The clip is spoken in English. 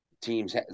teams